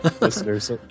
listeners